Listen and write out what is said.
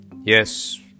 yes